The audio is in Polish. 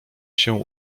się